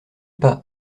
pas